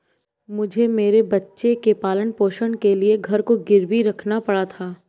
मुझे मेरे बच्चे के पालन पोषण के लिए घर को गिरवी रखना पड़ा था